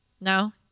No